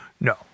No